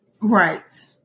Right